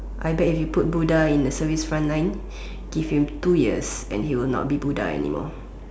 I bet if you put Buddha in the service front line give him two years and he will not be Buddha anymore